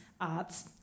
arts